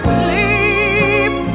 sleep